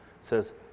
says